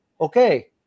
okay